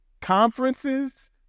conferences